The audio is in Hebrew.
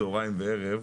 צהריים וערב,